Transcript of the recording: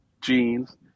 jeans